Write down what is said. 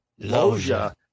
Loja